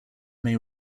may